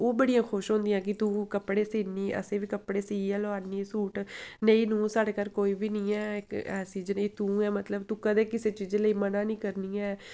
ओह् बड़ियां खुश होंदियां कि तूं कपड़े सीन्नी असें गी बी कपड़े सीऐ लोआन्नी सूट नेही नूह् साढ़े घर कोई बी निं है इक ऐसी जनेही तूं ऐं मतलब तूं कदें किसै चीजै लेई म'ना निं करनी ऐं